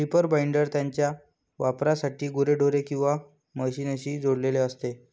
reaper binder त्याच्या वापरासाठी गुरेढोरे किंवा मशीनशी जोडलेले असते